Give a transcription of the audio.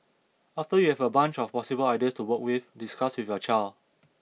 after you have a bunch of possible ideas to work with discuss with your child